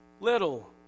little